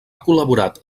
col·laborat